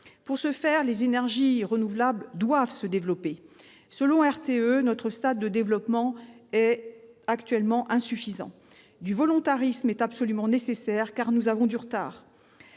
Pour ce faire, les énergies renouvelables doivent se développer. Selon RTE, notre stade de développement est actuellement insuffisant. Du volontarisme est absolument nécessaire, car nous avons du retard